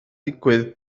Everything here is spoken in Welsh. digwydd